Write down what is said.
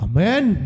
Amen